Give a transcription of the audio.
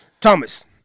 Thomas